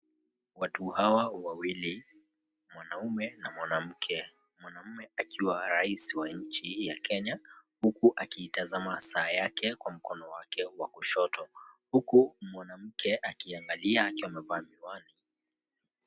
Watu hawa wawili, mwanamume na mwanamke. Mwanamume akiwa raisi wa nchi ya Kenya huku akitazama saa yake kwa mkono wa kushoto huku mwanamke akiangalia akiwa amevaa miwani.